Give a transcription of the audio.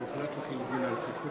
הכלכלה על רצונה